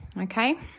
Okay